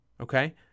Okay